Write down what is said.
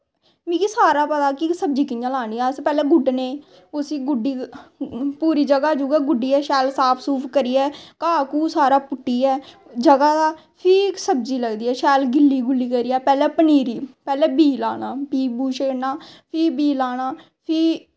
मिगी सारा पता कि के सब्जी कियां लानी अस पैह्लैं गुड्डने उसी गुड्डी पूरी जगह जुगा गुड्डियै साफ सूफ करियै घा घू सारा पुट्टियै जगह दा फ्ही सब्जी लगदी ऐ शैल गिल्ली गुल्ली करियै पनीरी पैह्लें बीऽ लाना बीऽ बू सेड़ना फ्ही बीऽ लाना फ्ही